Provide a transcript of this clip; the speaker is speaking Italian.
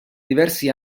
diversi